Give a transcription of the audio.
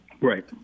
Right